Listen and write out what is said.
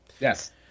Yes